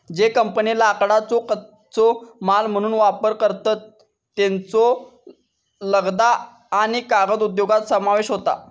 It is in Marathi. ज्ये कंपन्ये लाकडाचो कच्चो माल म्हणून वापर करतत, त्येंचो लगदा आणि कागद उद्योगात समावेश होता